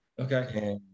Okay